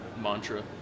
mantra